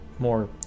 more